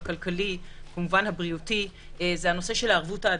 הכלכלי, כמובן הבריאותי הנושא של הערבות ההדדית.